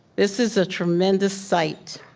this is a tremendous sight.